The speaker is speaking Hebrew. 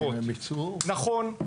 נכון,